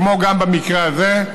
גם במקרה הזה,